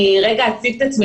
אני אציג את עצמי,